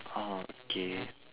orh its K